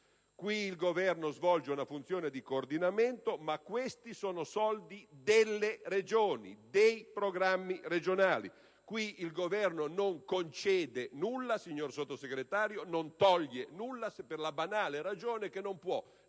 qui il Governo svolge una funzione di mero coordinamento, ma questi sono soldi delle Regioni, dei programmi regionali. Qui il Governo non concede nulla, signor Sottosegretario, non toglie nulla per la banale ragione che non può